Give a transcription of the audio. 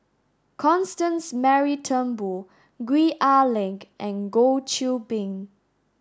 Constance Mary Turnbull Gwee Ah Leng and Goh Qiu Bin